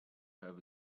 have